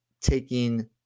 taking